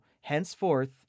henceforth